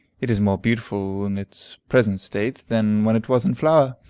it is more beautiful in its present state than when it was in flower.